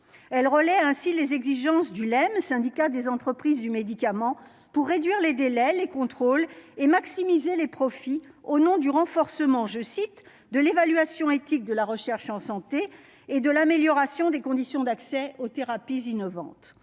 elle relaie ainsi les exigences du Lemme Syndicat des entreprises du médicament pour réduire les délais, les contrôles et maximiser les profits au nom du renforcement, je cite, de l'évaluation éthique de la recherche en santé et de l'amélioration des conditions d'accès aux thérapies innovantes,